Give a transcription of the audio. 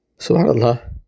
Subhanallah